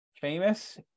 famous